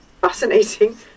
fascinating